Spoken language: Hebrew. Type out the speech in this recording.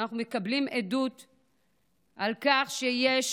אנחנו מקבלים עדות לכך שיש